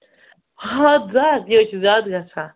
ہَتھ زٕ ہَتھ یہِ حظ چھِ زیادٕ گژھان